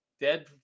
dead